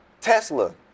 Tesla